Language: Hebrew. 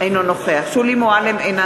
אינו נוכח שולי מועלם-רפאלי,